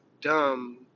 dumb